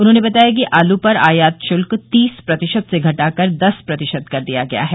उन्होंने बताया कि आलू पर आयात शुल्क तीस प्रतिशत से घटाकर दस प्रतिशत कर दिया गया है